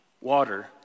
Water